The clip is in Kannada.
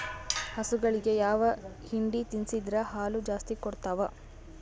ಹಸುಗಳಿಗೆ ಯಾವ ಹಿಂಡಿ ತಿನ್ಸಿದರ ಹಾಲು ಜಾಸ್ತಿ ಕೊಡತಾವಾ?